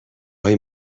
های